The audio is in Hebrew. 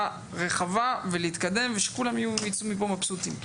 רחבה ולהתקדם ושכולם יצאו מפה מבסוטים.